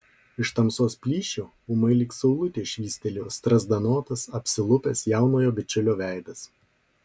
iš tamsos plyšio ūmai lyg saulutė švystelėjo strazdanotas apsilupęs jaunojo bičiulio veidas